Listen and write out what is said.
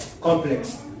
complex